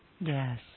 Yes